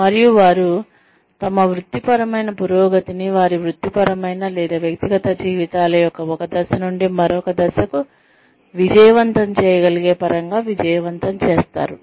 మరియు వారు తమ వృత్తిపరమైన పురోగతిని వారి వృత్తిపరమైన లేదా వ్యక్తిగత జీవితాల యొక్క ఒక దశ నుండి మరొక దశకు విజయవంతం చేయగలిగే పరంగా విజయవంతం చేస్తారు